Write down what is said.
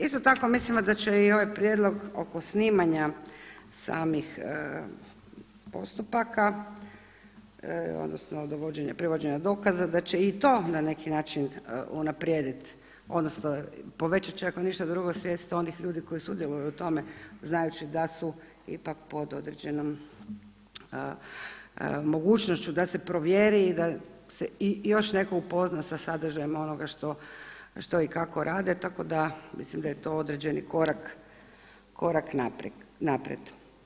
Isto tako mislimo da će i ovaj prijedlog oko snimanja samih postupaka, odnosno, privođenja dokaza da će i to na neki način unaprijedit, odnosno, povećat će ako ništa drugo i svijest onih ljudi koji sudjeluju u tome znajući da su ipak pod određenom mogućnošću da se provjeri i da se još netko upozna sa sadržajem onoga što i kako rade tako da mislim da je to određeni korak naprijed.